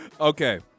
Okay